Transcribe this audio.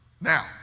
Now